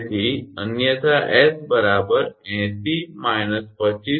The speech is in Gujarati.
તેથી અન્યથા 𝑠 80 − 25